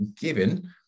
given